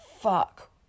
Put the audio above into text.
fuck